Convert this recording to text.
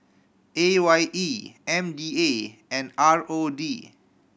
A Y E M D A and R O D